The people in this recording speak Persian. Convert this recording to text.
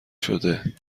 شده